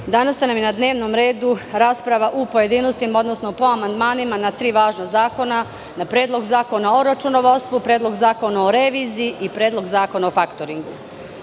danas nam je na dnevnom redu rasprava u pojedinostima, odnosno po amandmanima na tri važna zakona: Predlog zakona o računovodstvu, Predlog zakona o reviziji i Predlog zakona o faktoringu. Odmah